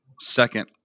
second